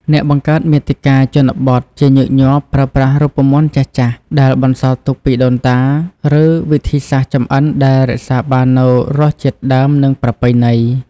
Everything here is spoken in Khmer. អ្នកបង្កើតមាតិកាជនបទជាញឹកញាប់ ប្រើប្រាស់រូបមន្តចាស់ៗ ដែលបន្សល់ទុកពីដូនតា ឬ វិធីសាស្រ្តចម្អិនដែលរក្សាបាននូវរសជាតិដើម និងប្រពៃណី។